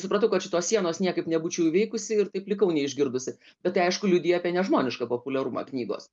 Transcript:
supratau kad šitos sienos niekaip nebūčiau įveikusi ir taip likau neišgirdusi bet tai aišku liudija apie nežmonišką populiarumą knygos